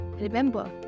Remember